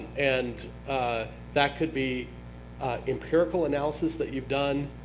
and that could be empirical analysis that you've done.